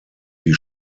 die